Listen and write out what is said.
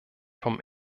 vom